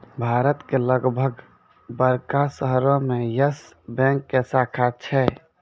भारत के लगभग बड़का शहरो मे यस बैंक के शाखा छै